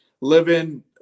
living